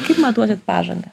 kaip matuosit pažangą